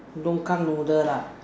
longkang noodle lah